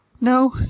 No